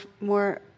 more